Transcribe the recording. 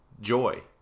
joy